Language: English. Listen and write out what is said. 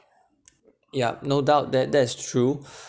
yup no doubt that that's true